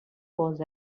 was